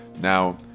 Now